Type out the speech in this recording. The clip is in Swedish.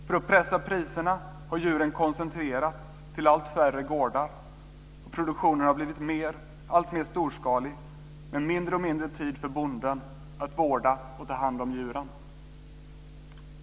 För att pressa priserna har man koncentrerat djuren till allt färre gårdar. Produktionen har blivit alltmer storskalig, med mindre och mindre tid för bonden att vårda och ta hand om djuren.